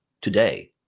today